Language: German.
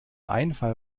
einfall